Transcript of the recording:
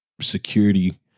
security